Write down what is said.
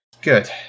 Good